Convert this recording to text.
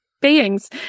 beings